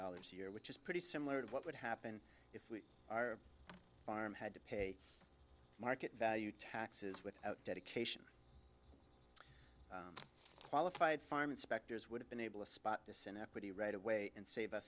dollars a year which is pretty similar to what would happen if we are farm had to pay market value taxes without dedication qualified farm inspectors would have been able to spot this in equity right away and save